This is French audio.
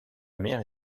mère